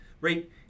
right